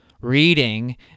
Reading